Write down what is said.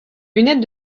lunettes